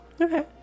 Okay